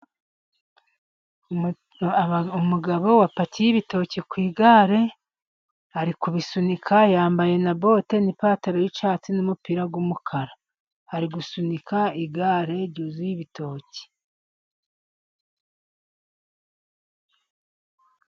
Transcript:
Umugabo wapakiye ibitoki ku igare ari kubisunika, yambaye na bote, n'ipantaro y'icyatsi n'umupira w'umukara, ari gusunika igare ryuzuye ibitoki.